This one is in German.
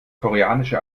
koreanische